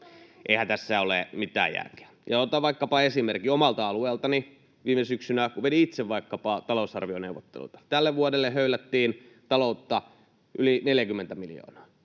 Eihän tässä ole mitään järkeä. Otan vaikkapa esimerkin omalta alueeltani: Viime syksynä, kun vedin itse vaikkapa talousarvioneuvotteluita, tälle vuodelle höylättiin taloutta yli 40 miljoonaa.